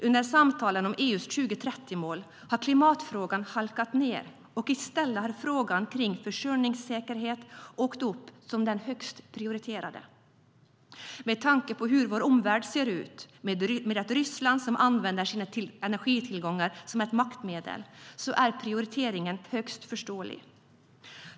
Under samtalen om EU:s 2030-mål har klimatfrågan halkat ned, och i stället har frågan kring försörjningssäkerhet åkt upp som den högst prioriterade. Med tanke på hur vår omvärld ser ut, med ett Ryssland som använder sina energitillgångar som ett maktmedel, är den prioriteringen högst förståelig.